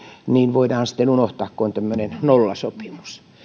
voidaan sitten unohtaa kun on tämmöinen nollasopimus